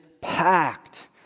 packed